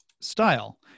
Style